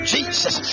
Jesus